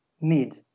need